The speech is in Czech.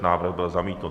Návrh byl zamítnut.